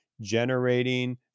generating